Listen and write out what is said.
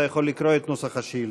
אתה יכול לקרוא את נוסח השאילתה.